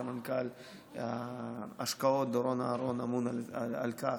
סמנכ"ל ההשקעות דורון אהרן אמון על כך,